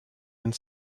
and